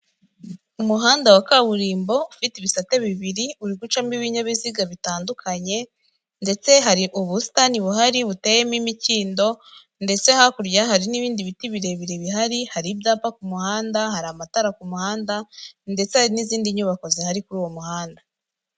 Umuhanda wa kaburimbo ufite ibisate bibiri, uri gucamo ibinyabiziga bitandukanye ndetse hari ubusitani buhari buteyemo imikindo ndetse hakurya hari n'ibindi biti birebire bihari, hari ibyapa ku muhanda, hari amatara ku muhanda ndetse hari n'izindi nyubako zihari kuri uwo muhanda.